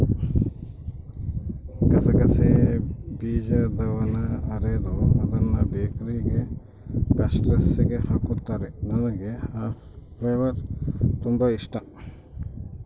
ಗಸಗಸೆ ಬೀಜದವನ್ನ ಅರೆದು ಅದ್ನ ಬೇಕರಿಗ ಪ್ಯಾಸ್ಟ್ರಿಸ್ಗೆ ಹಾಕುತ್ತಾರ, ನನಗೆ ಆ ಫ್ಲೇವರ್ ತುಂಬಾ ಇಷ್ಟಾ